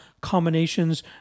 combinations